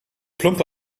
plumpe